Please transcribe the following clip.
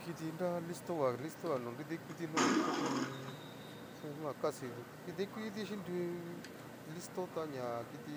Kiti nra listoga listoga no nrida ikuti no'o to ho o on. animal casi nridaikutiti xinru listo ta ñakiti